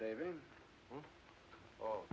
david or